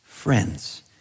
friends